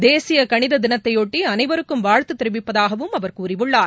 தேசிய கனித தினத்தையொட்டி அனைவருக்கும் வாழ்த்து தெரிவிப்பதாகவும் அவர் கூறியுள்ளார்